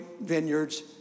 vineyards